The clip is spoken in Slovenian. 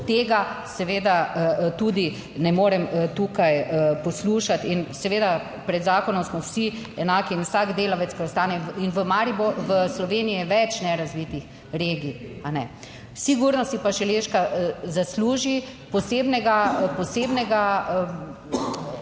tega seveda tudi ne morem tukaj poslušati. In seveda, pred zakonom smo vsi enaki in vsak delavec, ki ostane in v Maribo…, v Sloveniji je več nerazvitih regij, kajne? Sigurno si pa Šaleška zasluži posebne **29.